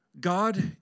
God